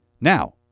Now